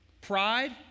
Pride